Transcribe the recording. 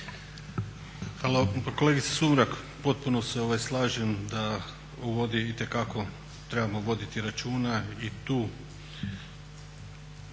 Hvala. Pa kolegice Sumrak potpuno se slažem da o vodi itekako trebamo voditi računa i tu